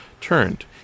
turned